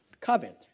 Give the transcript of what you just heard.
covet